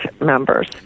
members